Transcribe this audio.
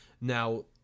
now